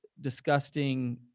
disgusting